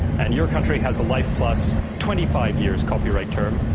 and your country has a life plus twenty five years copyright term.